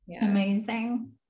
Amazing